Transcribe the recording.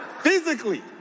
physically